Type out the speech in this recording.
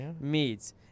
Meats